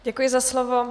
Děkuji za slovo.